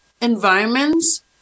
environments